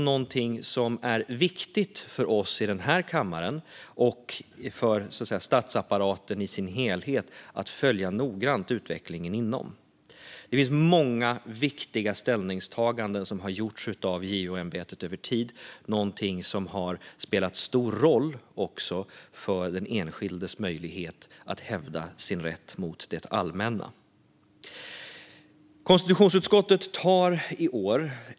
Det är viktigt för oss här i kammaren och för statsapparaten i dess helhet att noggrant följa utvecklingen inom detta. Många viktiga ställningstaganden har gjorts av JO-ämbetet över tid, vilket har spelat stor roll också för den enskildes möjlighet att hävda sin rätt mot det allmänna.